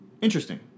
Interesting